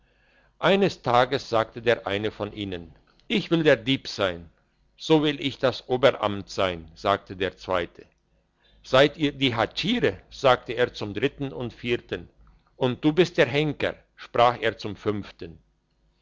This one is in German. eines tages sagte der eine von ihnen ich will der dieb sein so will ich das oberamt sein sagte der zweite seid ihr die hatschiere sagte er zum dritten und vierten und du bist der henker sprach er zum fünften